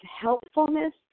helpfulness